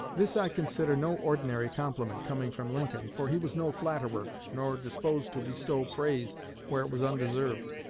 this i consider no ordinary compliment, coming from lincoln, for he was no flatterer nor disposed to bestow praise where it was undeserved.